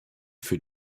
für